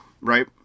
Right